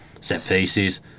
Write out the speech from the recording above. set-pieces